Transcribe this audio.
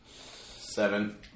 Seven